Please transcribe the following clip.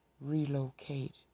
relocate